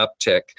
uptick